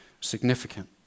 significant